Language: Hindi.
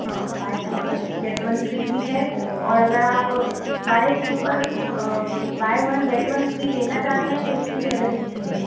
हाँ बाय टू पर गेट वन फ्री भी है और अगर आप बाय टू पर बाय वन गेट वन लेना चाहते हैं तो उसकी भी अलग स्कीम है